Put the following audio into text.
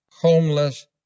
Homeless